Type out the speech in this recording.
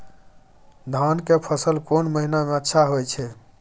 धान के फसल कोन महिना में अच्छा होय छै?